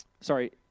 sorry